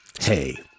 Hey